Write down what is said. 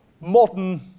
modern